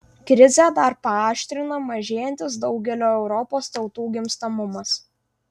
krizę dar paaštrina mažėjantis daugelio europos tautų gimstamumas